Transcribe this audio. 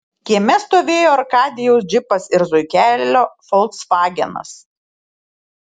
kieme stovėjo arkadijaus džipas ir zuikelio folksvagenas